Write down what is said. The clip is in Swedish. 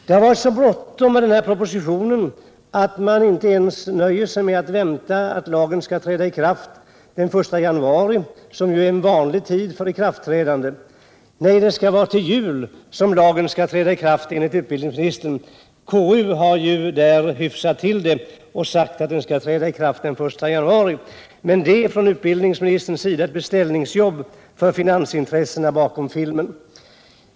Det har varit så bråttom med denna proposition att man inte ens nöjt sig med att föreslå att lagen skall träda i kraft den 1 januari, som är en vanlig tid för lagars ikraftträdande. Nej, enligt utbildningsministern — Barns tillträde till skall lagen träda i kraft till jul. Konstitutionsutskottet har dock hyfsat — biografföreställtill det och sagt att den skall träda i kraft den 1 januari 1978. Men pro = ningar positionen är från utbildningsministerns sida ett beställningsjobb för finansintressena bakom filmen.